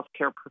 healthcare